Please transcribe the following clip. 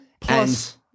Plus